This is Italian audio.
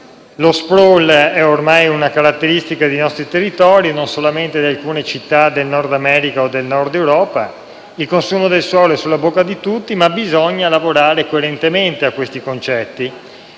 Lo *sprawl* è ormai una caratteristica dei nostri territori, non solamente di alcune città del Nord America o del Nord d'Europa. Il consumo del suolo è sulla bocca di tutti, ma bisogna lavorare coerentemente a questi concetti;